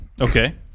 Okay